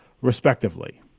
respectively